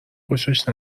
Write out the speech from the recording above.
خوشش